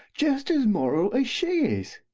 just as moral, as she is.